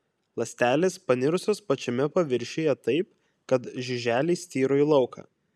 ląstelės panirusios pačiame paviršiuje taip kad žiuželiai styro į lauką